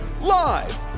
live